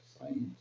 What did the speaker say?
science